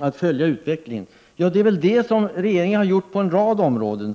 att följa utvecklingen vill jag säga att det väl är det som regeringen har gjort på en rad områden.